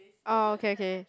oh okay okay